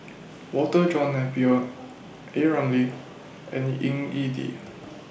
Walter John Napier A Ramli and Ying E Ding